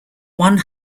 one